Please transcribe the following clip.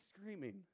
screaming